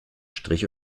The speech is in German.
strich